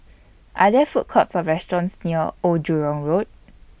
Are There Food Courts Or restaurants near Old Jurong Road